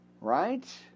Right